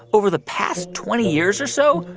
over the past twenty years or so,